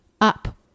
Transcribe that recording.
up